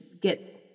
get